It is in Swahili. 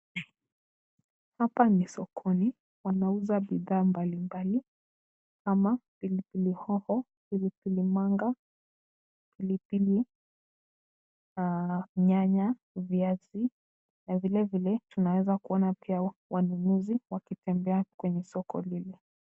Hapa ni sokoni, wanauza bidhaa mbalimbali kama pilipili hoho, pilipili manga, pilipili na nyanya, viazi. Na vilevile tunaweza kuona pia wanunuzi wakitembea kwenye soko lile.